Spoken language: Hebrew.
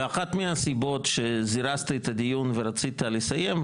ואחת מהסיבות שזירזת את הדיון ורצית לסיים,